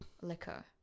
liquor